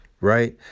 right